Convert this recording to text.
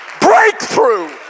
Breakthrough